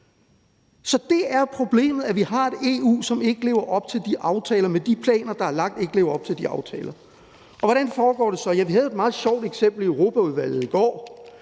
Så det er problemet, altså at vi har et EU, som med de planer, der er lagt, ikke lever op til de aftaler. Hvordan foregår det så? Ja, vi havde et meget sjovt eksempel i Europaudvalget i går,